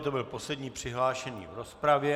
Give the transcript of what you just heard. To byl poslední přihlášený v rozpravě.